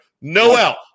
Noel